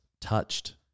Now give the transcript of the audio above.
touched